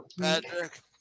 Patrick